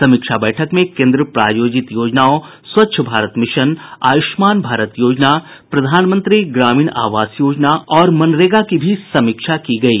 समीक्षा बैठक में केन्द्र प्रायोजित योजनाओं स्वच्छ भारत मिशन आयुष्मान भारत योजना प्रधानमंत्री ग्रामीण आवास योजना और मनरेगा की भी समीक्षा की गयी